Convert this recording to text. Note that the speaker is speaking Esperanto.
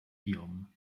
iom